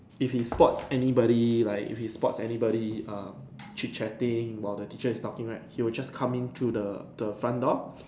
if he spots anybody like if he spots anybody err chit chatting while the teacher is talking right he will just come in through the the front door